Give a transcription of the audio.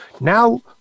Now